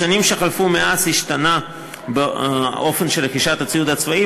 בשנים שחלפו מאז השתנה האופן של רכישת הציוד הצבאי,